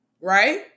right